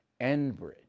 Enbridge